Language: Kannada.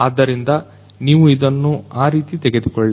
ಆದ್ದರಿಂದ ನೀವು ಇದನ್ನು ಆ ರೀತಿ ತೆಗೆದುಕೊಳ್ಳಿ